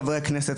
חברי הכנסת,